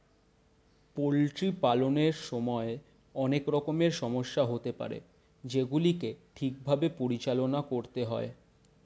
poultry পালনের সময় অনেক রকমের সমস্যা হতে পারে যেগুলিকে ঠিক ভাবে পরিচালনা করতে হয়